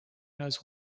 knows